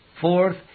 Fourth